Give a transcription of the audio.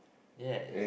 ya